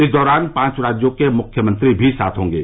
इस दौरान पांच राज्यों के मुख्यमंत्री भी साथ होंगे